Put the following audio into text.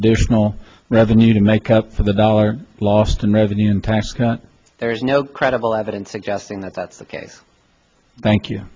additional revenue to make up for the dollar lost in revenue in tax cut there is no credible evidence suggesting that that's the case thank you